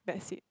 that's it